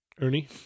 Ernie